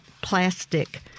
plastic